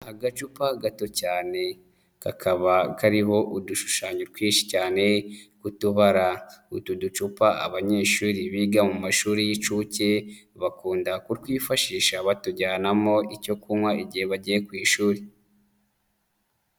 Agacupa gato cyane, kakaba kariho udushushanyo twinshi cyane tw'utubara, utu ducupa abanyeshuri biga mu mashuri y'inshuke bakunda kutwifashisha batujyanamo icyo kunywa igihe bagiye ku ishuri.